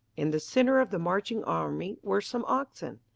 in the center of the marching army were some oxen.